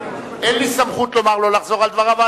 אין לי סמכות לומר לו לחזור על דבריו,